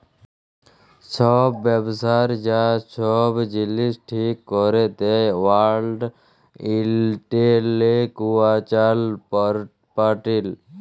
ছব ব্যবসার যা ছব জিলিস ঠিক ক্যরে দেই ওয়ার্ল্ড ইলটেলেকচুয়াল পরপার্টি